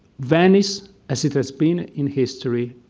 venice, as it has been in history,